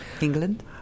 England